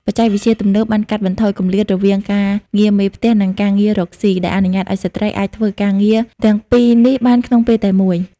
បច្ចេកវិទ្យាទំនើបបានកាត់បន្ថយគម្លាតរវាងការងារមេផ្ទះ និងការងាររកស៊ី ដែលអនុញ្ញាតឱ្យស្ត្រីអាចធ្វើការងារទាំងពីរនេះបានក្នុងពេលតែមួយ។